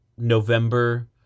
November